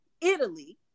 Italy